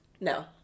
No